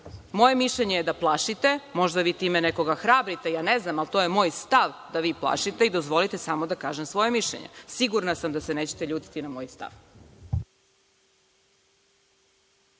mišljenje je da plašite, možda vi time nekoga hrabrite, ja ne znam, ali to je moj stav da vi plašite i dozvolite samo da kažem svoje mišljenje. Sigurna sam da se nećete ljutiti za moj stav.